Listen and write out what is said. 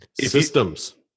Systems